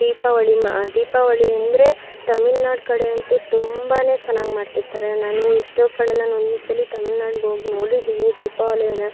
ದೀಪಾವಳಿ ಮ ದೀಪಾವಳಿ ಅಂದರೆ ತಮಿಳುನಾಡು ಕಡೆ ಅಂತೂ ತುಂಬಾ ಚೆನ್ನಾಗಿ ಮಾಡ್ತಿರ್ತಾರೆ ನಾನು ಎಷ್ಟೋ ಕಡೆ ನಾನು ಒಂದುಸಲಿ ತಮಿಳುನಾಡು ಹೋಗ್ ನೋಡಿದೀನಿ ದೀಪಾವಳಿಯನ್ನ